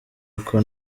uko